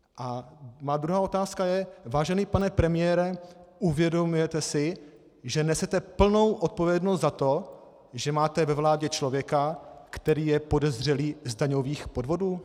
A má druhá otázka je: Vážený pane premiére, uvědomujete si, že nesete plnou odpovědnost za to, že máte ve vládě člověka, který je podezřelý z daňových podvodů?